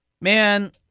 Man